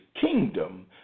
kingdom